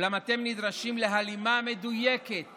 אולם אתם נדרשים להלימה מדויקת